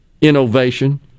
innovation